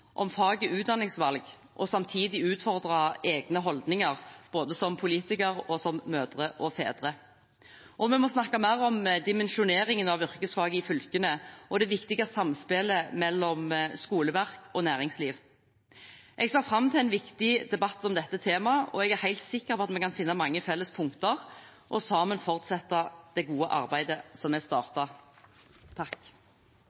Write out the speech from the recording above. utdanningsvalg og samtidig utfordre egne holdninger – både som politikere, mødre og fedre. Og vi må snakke mer om dimensjoneringen av yrkesfag i fylkene og det viktige samspillet mellom skoleverk og næringsliv. Jeg ser fram til en viktig debatt om dette temaet, og jeg er helt sikkert på at vi kan finne mange felles punkter og sammen fortsette det gode arbeidet som er startet. Jeg deler representanten Hagerups engasjement for yrkesfagene i